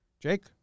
Jake